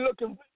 looking